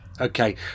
Okay